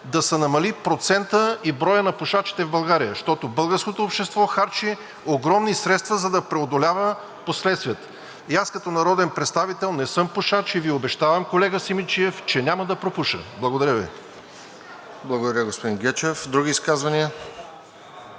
да се намали процентът и броят на пушачите в България, защото българското общество харчи огромни средства, за да преодолява последствията. Аз като народен представител не съм пушач и Ви обещавам, колега Симидчиев, че няма да пропуша. Благодаря Ви. ПРЕДСЕДАТЕЛ РОСЕН ЖЕЛЯЗКОВ: Благодаря, господин Гечев. Други изказвания?